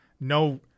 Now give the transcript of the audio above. No